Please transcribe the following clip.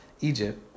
Egypt